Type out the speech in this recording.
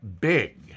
big